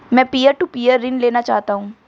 मैं peer to peer ऋण लेना चाहता हूँ